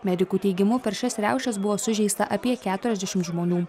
medikų teigimu per šias riaušes buvo sužeista apie keturiasdešimt žmonių